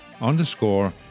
underscore